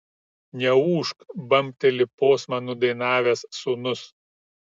neūžk bambteli posmą nudainavęs sūnus